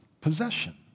possession